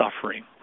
suffering